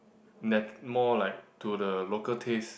net more like to the local taste